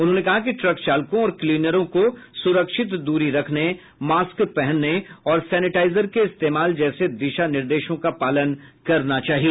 उन्होंने कहा कि ट्रक चालकों और क्लीनरों को सुरक्षित दूरी रखने मास्क पहनने और सेनेटाइजर के इस्तेमाल जैसे दिशा निर्देशों का पालन करना चाहिए